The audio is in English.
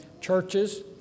churches